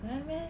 don't have meh